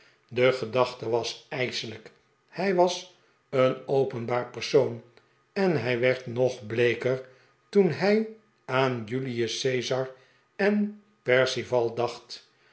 de gedachte was ijselijk hij was een openbaar persoon en hij werd nog bleeker toen hij aan julius caesar en perceval dacht